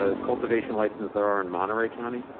ah cultivation license there are in monterey county?